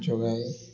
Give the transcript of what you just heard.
ଯୋଗାଇ